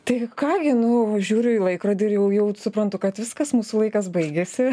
tai ką gi nu žiūriu į laikrodį ir jau jau suprantu kad viskas mūsų laikas baigiasi